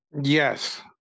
Yes